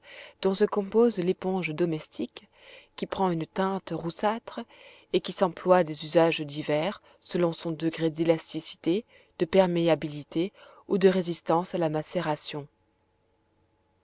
dont se compose l'éponge domestique qui prend une teinte roussâtre et qui s'emploie à des usages divers selon son degré d'élasticité de perméabilité ou de résistance à la macération